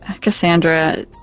Cassandra